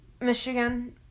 Michigan